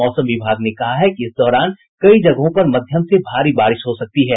मौसम विभाग ने कहा है कि इस दौरान कई जगहों पर मध्यम से भारी बारिश भी हो सकती है